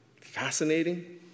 fascinating